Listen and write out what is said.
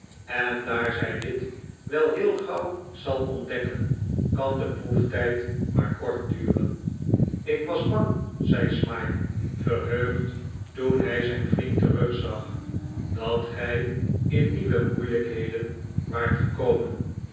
en daar zij dit wel heel gauw zal ontdekken kan de proeftijd maar kort duren ik was bang zei smike verheugd toen hij zijn vriend terugzag dat gij in nieuwe moeilijkheden waart gekomen